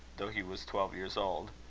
though he was twelve years old.